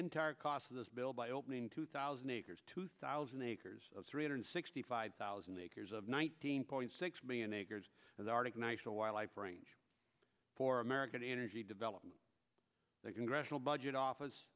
entire cost of this bill by opening two thousand acres two thousand acres of three hundred sixty five thousand acres of one point six million acres of the arctic national wildlife range for american energy development that congressional budget office